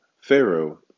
Pharaoh